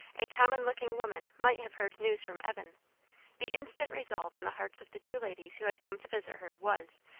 a common-looking woman might have heard news from evan the instant resolve in the hearts of the two ladies who had come to visit her was,